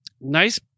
Nice